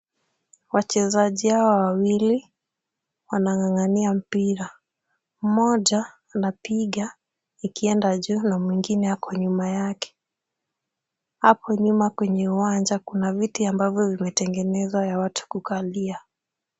Wachezaji Hawa wawili wanang'ang'ania mpira. Mmoja anapiga ikienda juu na mwingine Ako nyuma yake. Hapo nyuma kwa uwanja Kuna viti ambavyo vimetengenezwa ya watu kukalia.